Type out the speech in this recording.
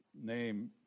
name